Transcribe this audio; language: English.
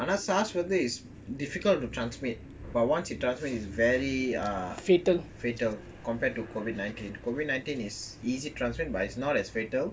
ஆனா:ana SARS வந்து:vandhu is difficult to transmit but once it transmit it's very err fatal compared to COVID nineteen COVID nineteen is easy transmit but it's not as fatal